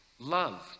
love